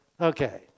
Okay